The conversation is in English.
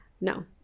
No